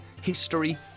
history